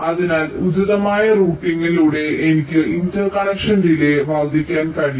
അതിനാൽ ഉചിതമായ റൂട്ടിംഗിലൂടെ എനിക്ക് ഇന്റർകണക്ഷൻ ഡിലേയ് വർദ്ധിക്കാൻ കഴിയും